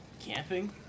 camping